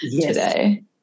today